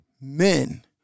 men